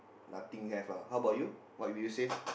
nothing have lah how about you what would you save